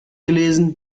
gelesen